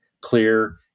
clear